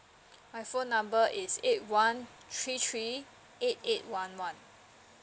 my phone number is eight one three three eight eight one one